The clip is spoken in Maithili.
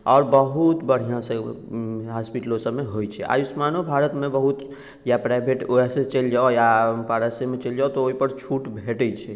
आओर बहुत बढ़िआँसँ होस्पिटलो सबमे होइत छै आयुष्मानो भारतमे बहुत या प्राइवेट ओएसिस चलि जाउ या पारसेमे चलि जाउ तऽ ओहि पर छूट भेटैत छै